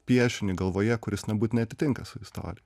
piešinį galvoje kuris nebūtinai atitinka su istorija